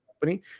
company